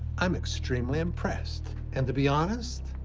i'm extremely impressed. and to be honest.